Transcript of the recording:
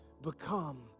become